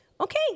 Okay